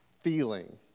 feeling